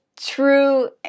true